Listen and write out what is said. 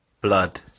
Blood